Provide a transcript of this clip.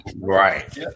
Right